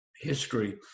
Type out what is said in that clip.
history